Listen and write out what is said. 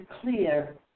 clear